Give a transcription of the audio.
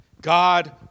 God